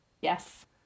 Yes